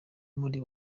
muri